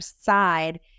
side